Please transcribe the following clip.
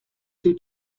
two